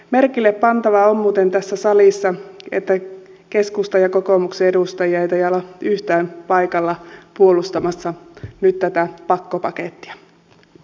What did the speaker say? merkillepantavaa on muuten tässä salissa että keskustan ja kokoomuksen edustajia ei taida olla yhtään paikalla puolustamassa nyt tätä pakkopakettia